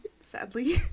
sadly